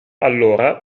allora